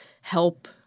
help